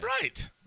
Right